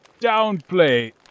downplay